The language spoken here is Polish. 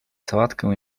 sałatkę